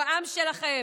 הוא העם שלכם.